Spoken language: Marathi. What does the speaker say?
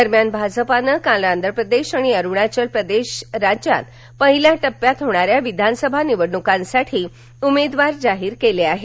दरम्यान भाजपानं काल आंध्र प्रदेश आणि अरुणाचल प्रदेश राज्यात पहिल्या टप्प्यात होणाऱ्या विधानसभा निवडणुकांसाठी उमेदवार जाहीर केले आहेत